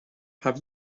have